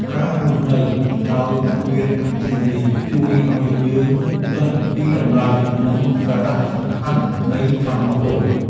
ការរស់នៅដោយគ្មានអគ្គិសនី ជួយឱ្យយើងដឹងពីតម្លៃ និងសារៈសំខាន់នៃថាមពល។